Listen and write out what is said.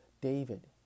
David